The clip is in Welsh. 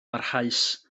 barhaus